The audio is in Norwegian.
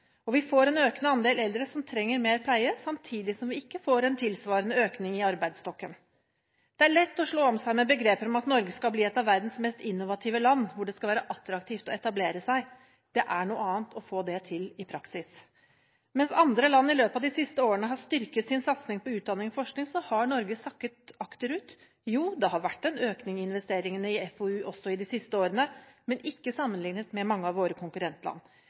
bærekraftige. Vi får en økende andel eldre som trenger mer pleie, samtidig som vi ikke får en tilsvarende økning i arbeidsstokken. Det er lett å slå om seg med begreper om at Norge skal bli et av verdens mest innovative land, hvor det skal være attraktivt å etablere seg. Det er noe annet å få det til i praksis. Mens andre land i løpet av de siste årene har styrket sin satsing på utdanning og forskning, har Norge sakket akterut. Jo, det har vært en økning i investeringene i FoU også de siste årene, men ikke sammenlignet med mange av våre konkurrentland.